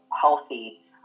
healthy